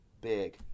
big